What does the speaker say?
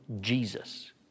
Jesus